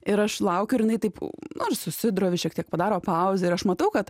ir aš laukiu ir jinai taip nors susidrovi šiek tiek padaro pauzę ir aš matau kad